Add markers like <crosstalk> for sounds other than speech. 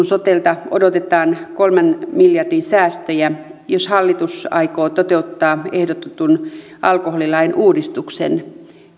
<unintelligible> sotelta odotetaan kolmen miljardin säästöjä mutta jos hallitus aikoo toteuttaa ehdotetun alkoholilain uudistuksen